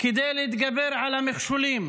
כדי להתגבר על המכשולים